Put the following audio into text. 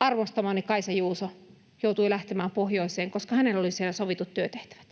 arvostamani Kaisa Juuso joutui lähtemään pohjoiseen, koska hänellä oli siellä sovitut työtehtävät.